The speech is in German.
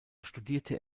studierte